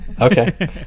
okay